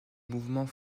mouvement